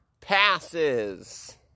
passes